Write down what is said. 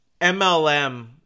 mlm